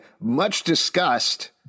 much-discussed